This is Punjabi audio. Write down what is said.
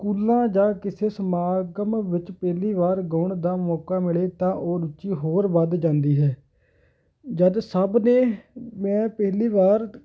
ਸਕੂਲਾਂ ਜਾਂ ਕਿਸੇ ਸਮਾਗਮ ਵਿੱਚ ਪਹਿਲੀ ਵਾਰ ਗਾਉਣ ਦਾ ਮੌਕਾ ਮਿਲੇ ਤਾਂ ਉਹ ਰੁਚੀ ਹੋਰ ਵੱਧ ਜਾਂਦੀ ਹੈ ਜਦੋਂ ਸਭ ਨੇ ਮੈਂ ਪਹਿਲੀ ਵਾਰ